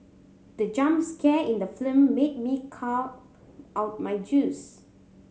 the jump scare in the film made me cough out my juice